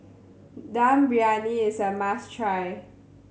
Dum Briyani is a must try